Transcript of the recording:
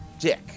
dick